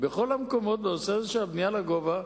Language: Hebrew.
בכל המקומות, הנושא של בנייה לגובה,